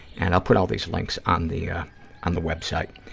and i'll put all these links on the yeah on the web site.